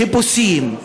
חיפושים,